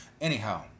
Anyhow